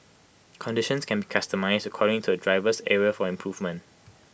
conditions can be customised according to A driver's area for improvement